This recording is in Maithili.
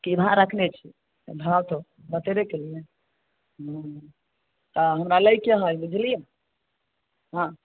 की भाव रखने छी भाव तऽ बतेबे केलहुँ ने ह्म्म तऽ हमरा लैके हइ बुझलियै हँ